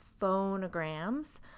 phonograms